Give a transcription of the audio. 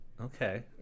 okay